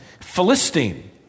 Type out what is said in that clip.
Philistine